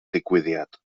digwyddiad